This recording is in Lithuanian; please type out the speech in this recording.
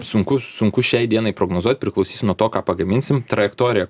sunku sunku šiai dienai prognozuot priklausys nuo to ką pagaminsim trajektorija